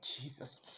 Jesus